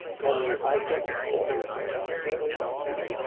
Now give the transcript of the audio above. and the hi tech employers don't necessarily want to keep them.